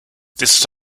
this